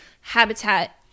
Habitat